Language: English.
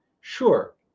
Sure